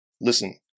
Listen